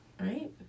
right